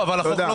אבל לפי החוק,